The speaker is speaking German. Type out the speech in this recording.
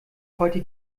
heute